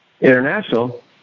International